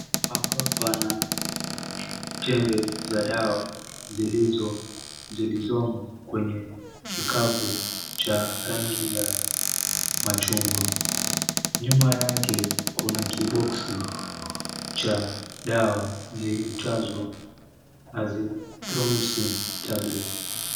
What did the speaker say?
Hapa pana tembe za dawa zilizo zilizomo kwenye kikapu cha rangi ya machungwa. Nyuma yake kuna kiboksi cha dawa ziitwazo "Azithromycin Tablets".